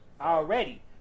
Already